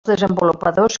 desenvolupadors